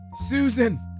Susan